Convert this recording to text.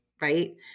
right